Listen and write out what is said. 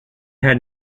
had